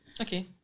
Okay